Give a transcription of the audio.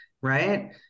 right